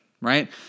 right